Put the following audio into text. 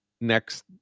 next